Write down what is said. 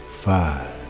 Five